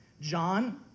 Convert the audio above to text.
John